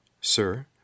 Sir